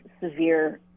severe